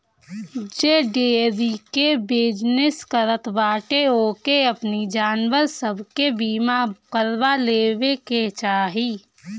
जे डेयरी के बिजनेस करत बाटे ओके अपनी जानवर सब के बीमा करवा लेवे के चाही